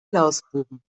lausbuben